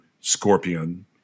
scorpion